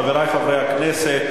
חברי חברי הכנסת,